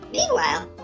Meanwhile